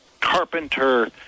carpenter